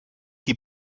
die